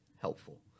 helpful